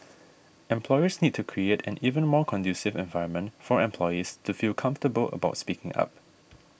employers need to create an even more conducive environment for employees to feel comfortable about speaking up